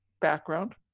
background